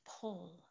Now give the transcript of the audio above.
pull